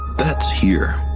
that's here.